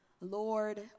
Lord